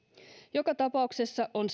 joka tapauksessa on